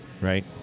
right